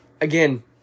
again